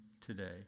today